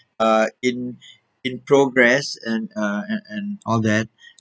ah in in progress and uh and and all that